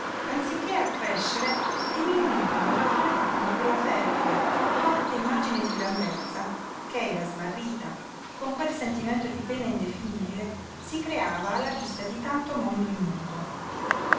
anziché accrescere diminuivano e raffreddavano quella fervida fluttuante immagine di grandezza ch'ella smarrita con quel sentimento di pena indefinibile si creava alla vista di tanto mondo ignoto